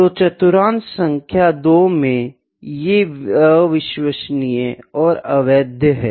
अतः चतुर्थांश सांख्य 2 में ये अविश्वसनीय और अवैध है